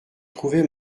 trouvait